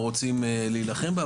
או רוצים להילחם בה,